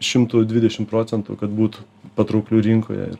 šimtu dvidešim procentų kad būtų patraukliu rinkoje ir